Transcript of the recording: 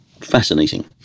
fascinating